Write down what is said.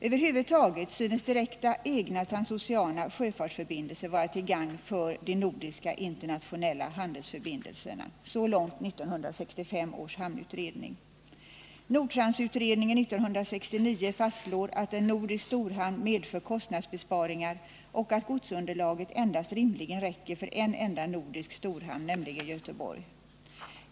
Över huvud taget synes direkta egna transociana sjöfartsförbindelser vara till gagn för de nordiska internationella handelsförbindelserna — så långt 1965 års hamnutredning. kostnadsbesparingar men att godsunderlaget rimligen endast räcker för en enda nordisk storhamn, nämligen Göteborg.